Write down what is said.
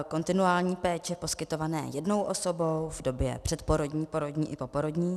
Kontinuální péče poskytované jednou osobou v době předporodní, porodní i poporodní.